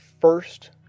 first